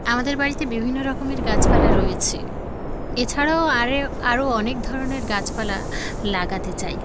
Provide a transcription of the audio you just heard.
আমাদের বাড়িতে বিভিন্ন রকমের গাছপালা রয়েছে এছাড়াও আরেও আরও অনেক ধরনের গাছপালা লাগাতে চাই